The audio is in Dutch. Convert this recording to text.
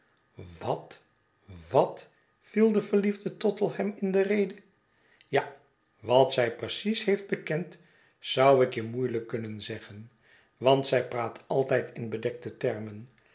wat wat viel de verliefde tottle hem in de rede ja wat zij precies heeft bekend zou ik je moeielijk kunnen zeggen want zij praat altijd in bedekte term